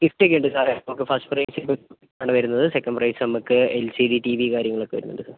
ഗിഫ്റ്റൊക്കെ ഉണ്ട് സാറെ നമുക്ക് ഫസ്റ്റ് പ്രൈസ് ആണ് വരുന്നത് second prize L C D T V കാര്യങ്ങളൊക്കെ വരുന്നുണ്ട് സർ